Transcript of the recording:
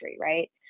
right